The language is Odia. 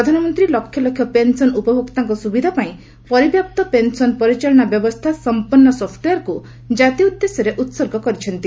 ପ୍ରଧାନମନ୍ତ୍ରୀ ଲକ୍ଷ ଲକ୍ଷ ପେନ୍ସନ୍ ଉପଭୋକ୍ତାଙ୍କ ସୁବିଧା ପାଇଁ ପରିବ୍ୟାପ୍ତ ପେନ୍ସନ୍ ପରିଚାଳନା ବ୍ୟବସ୍ଥା ସମ୍ପନ୍ନ ସପ୍ଟୱେୟାର୍କୁ ଜାତି ଉଦ୍ଦେଶ୍ୟରେ ଉତ୍ସର୍ଗ କରିଛନ୍ତି